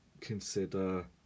consider